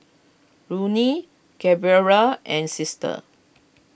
Loney Gabriella and Sister